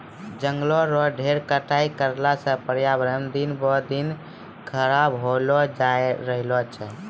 जंगल रो ढेर कटाई करला सॅ पर्यावरण दिन ब दिन खराब होलो जाय रहलो छै